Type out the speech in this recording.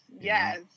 Yes